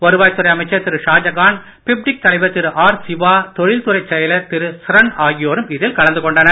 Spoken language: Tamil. வருவாய் துறை அமைச்சர் திரு ஷாஜகான் பிப்டிக் தலைவர் திரு ஆர் சிவா தொழில்துறை செயலர் திரு ஸ்ரன் ஆகியோரும் இதில் கலந்து கொண்டனர்